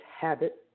habit